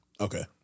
Okay